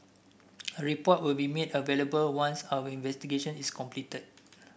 a report will be made available once our investigation is completed